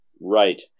right